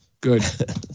Good